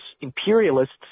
imperialists